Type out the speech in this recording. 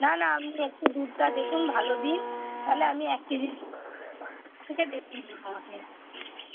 না না আপনি একটু দুধটা দেখুন ভালো দিন তাহলে আমি এক কেজি এর থেকে বেশি দুধ নেবো আমি